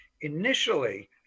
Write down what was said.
Initially